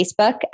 Facebook